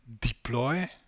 deploy